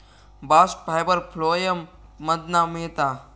bast fibre phloem मधना मिळता